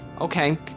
Okay